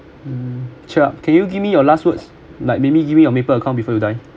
hmm cheer up can you give me your last words like maybe give me your maple account before you die